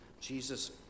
Jesus